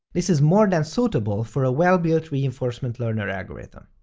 this is more than suitable for a well-built reinforcement learner algorithm.